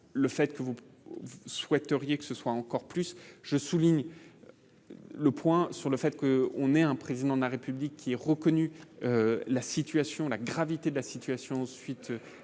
le fait que vous souhaiteriez que ce soit encore plus, je souligne le point sur le fait qu'on ait un président de la République qui est reconnu la situation, la gravité de la situation, suite